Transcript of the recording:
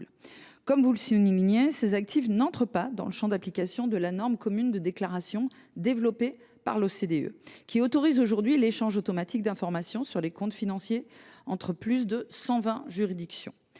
Comme vous l’avez souligné, ces actifs n’entrent pas dans le champ d’application de la norme commune de déclaration (NCD) développée par l’OCDE, qui autorise aujourd’hui l’échange automatique d’informations sur les comptes financiers entre plus de 120 juridictions.